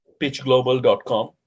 pitchglobal.com